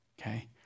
okay